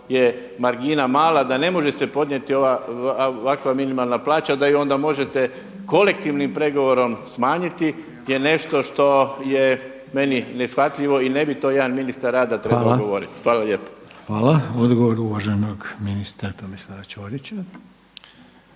je margina mala da ne može se podnijeti ovakva minimalna plaća, da ju onda možete kolektivnim pregovorom smanjiti je nešto što je meni neshvatljivo i ne bi to jedan ministar rada trebao govoriti. Hvala lijepo. **Reiner, Željko (HDZ)** Hvala. Odgovor uvaženog ministra Tomislava Ćorića.